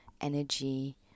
energy